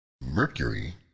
Mercury